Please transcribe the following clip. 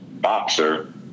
boxer